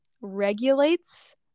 regulates